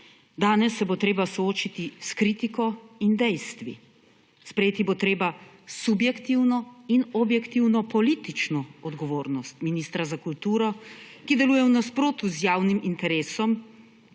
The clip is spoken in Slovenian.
danes se bo treba soočiti s kritiko in dejstvi. Sprejeti bo treba subjektivno in objektivno politično odgovornost ministra za kulturo, ki deluje v nasprotju z javnim interesom,